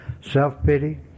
self-pity